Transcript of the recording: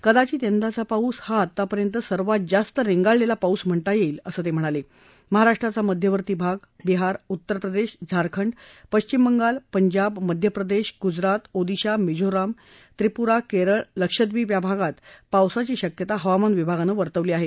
कदाचित यदाचा पाऊस हा आतापर्यंत सर्वात जास्त रेंगाळलेली पाऊस म्हणता यईक असं तस्हिणाल विहाराष्ट्राचा मध्यवर्ती भाग बिहार उत्तर प्रदधी झारखंड पश्विम बंगाल पंजाब मध्यप्रदधी गुजरात ओदिशा मिझोराम त्रिपुरा कर्रळ लक्ष्यझीप या भागात पावसाची शक्यता हवामान विभागानं वर्तवली आह